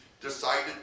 decided